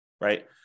right